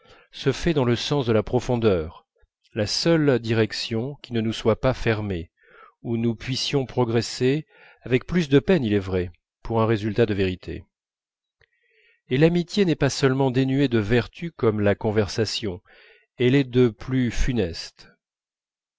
se fait dans le sens de la profondeur la seule direction qui ne nous soit pas fermée où nous puissions progresser avec plus de peine il est vrai pour un résultat de vérité et l'amitié n'est pas seulement dénuée de vertu comme la conversation elle est de plus funeste